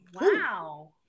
wow